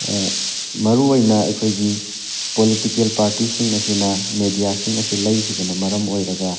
ꯃꯔꯨꯑꯣꯏꯅ ꯑꯩꯈꯣꯏꯒꯤ ꯄꯣꯂꯤꯇꯤꯀꯦꯜ ꯄꯥꯔꯇꯤꯁꯤꯡ ꯑꯁꯤꯅ ꯃꯦꯗꯤꯌꯥꯁꯤꯡ ꯑꯁꯤ ꯂꯩꯈꯤꯕꯅ ꯃꯔꯝ ꯑꯣꯏꯔꯒ